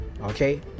okay